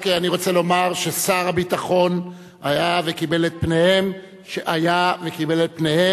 אני רק רוצה לומר ששר הביטחון היה וקיבל את פניהם של כל